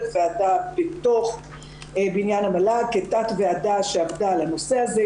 ועדה בתוך בניין המל"ג כתת ועדה שעבדה על הנושא הזה,